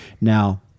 Now